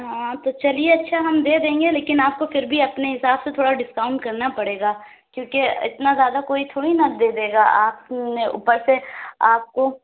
ہاں تو چلیے اچھا ہم دے دیں گے لیکن آپ کو پھر بھی اپنے حساب سے تھوڑا ڈسکاؤنٹ کرنا پڑے گا کیوں کہ اتنا زیادہ کوئی تھوڑی نا دے دے گا آپ نے اُوپر سے آپ کو